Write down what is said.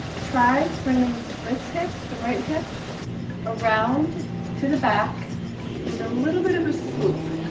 try bringing this hip, the right tip around to the back with a little bit of a swoop.